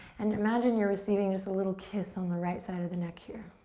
and imagine you're receiving just a little kiss on the right side of the neck here.